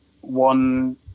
One